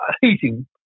Heating